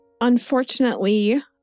Unfortunately